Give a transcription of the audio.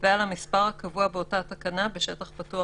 ועל המספר הקבוע באותה תקנה בשטח פתוח,